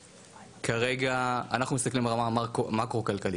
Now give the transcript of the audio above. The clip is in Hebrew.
כרגע אנחנו מסתכלים ברמה המקרו כלכלית,